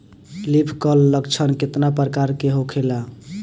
Leaf curl लक्षण केतना परकार के होला?